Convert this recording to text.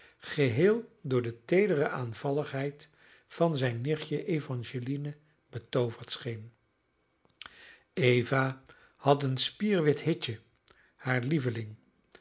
geheel door de teedere aanvalligheid van zijn nichtje evangeline betooverd scheen eva had een spierwit hitje haar lieveling